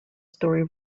story